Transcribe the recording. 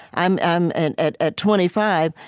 i'm i'm and at at twenty five,